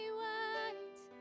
white